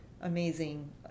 amazing